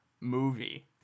movie